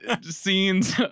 scenes